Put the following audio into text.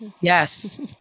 Yes